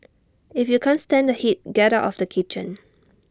if you can't stand the heat get out of the kitchen